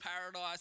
paradise